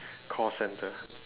call centre